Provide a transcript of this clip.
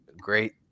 great